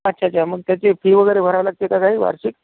अच्छा अच्छा मग त्याची फी वगैरे भरावी लागते का काही वार्षिक